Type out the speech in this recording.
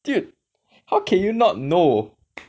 dude how can you not know